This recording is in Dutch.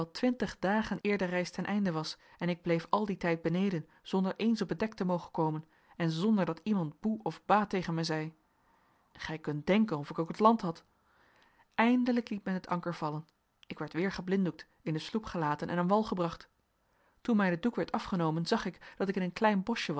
twintig dagen eer de reis ten einde was en ik bleef al dien tijd beneden zonder eens op het dek te mogen komen en zonder dat iemand boe of ba tegen mij zei gij kunt denken of ik ook het land had eindelijk liet men het anker vallen ik werd weer geblinddoekt in de sloep gelaten en aan wal gebracht toen mij de doek werd afgenomen zag ik dat ik in een klein